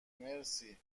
مرسی